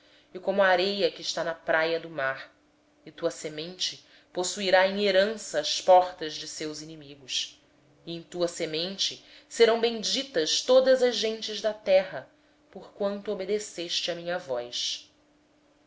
e como a areia que está na praia do mar e a tua descendência possuirá a porta dos seus inimigos e em tua descendência serão benditas todas as nações da terra porquanto obedeceste à minha voz